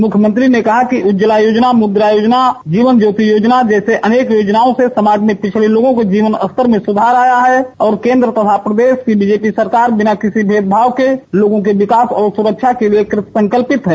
मुख्यमंत्री ने कहा कि उज्ज्वला योजना मुद्रा योजना जीवन ज्योति योजना जैसे अनेक योजनाओं से समाज मे पिछड़े लोगों के जीवन स्तर में सुधार आया है और केंद्र तथा प्रदेश की बीजेपी सरकार बिना किसी भेदभाव के लोगों के विकास और सुरक्षा के लिए कृतसंकल्पित है